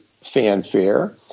fanfare